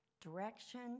direction